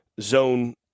zone